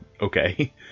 Okay